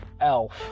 Elf